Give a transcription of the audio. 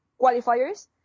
qualifiers